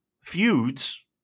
feuds